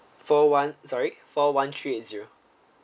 four one sorry for one three eight zero